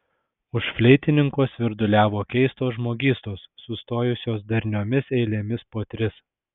už fleitininko svirduliavo keistos žmogystos sustojusios darniomis eilėmis po tris